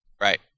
Right